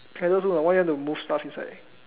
why you want to move stuff inside